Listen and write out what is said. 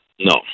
No